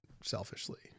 selfishly